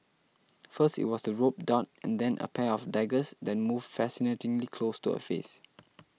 first it was the rope dart and then a pair of daggers that moved fascinatingly close to her face